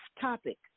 topic